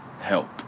help